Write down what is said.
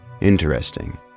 Interesting